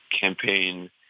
campaign